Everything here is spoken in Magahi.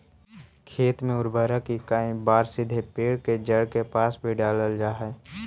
खेत में उर्वरक कईक बार सीधे पेड़ के जड़ के पास भी डालल जा हइ